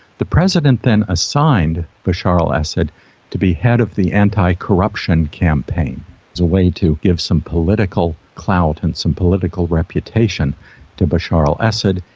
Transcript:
the president then assigned bashar al-assad to be head of the anti-corruption campaign as a way to give some political clout and some political reputation to bashar al-assad.